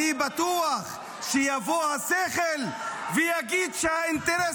--- אני בטוח שיבוא השכל ויגיד שהאינטרס